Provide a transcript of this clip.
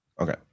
Okay